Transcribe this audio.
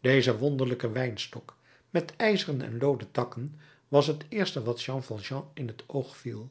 deze wonderlijke wijnstok met ijzeren en looden takken was het eerste wat jean valjean in t oog viel